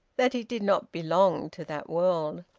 that he did not belong to that world.